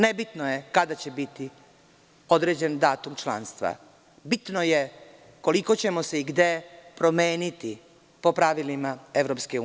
Nebitno je kada će biti određen datum članstva, bitno je koliko ćemo se i gde promeniti po pravilima EU.